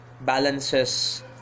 Balances